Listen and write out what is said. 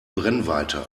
brennweite